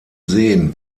seen